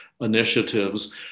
initiatives